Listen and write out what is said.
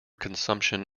consumption